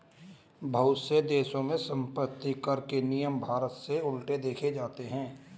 बहुत से देशों में सम्पत्तिकर के नियम भारत से उलट देखे जाते हैं